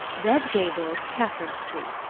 red gables, catherine street.